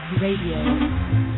Radio